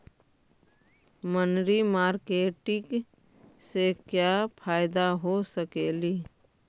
मनरी मारकेटिग से क्या फायदा हो सकेली?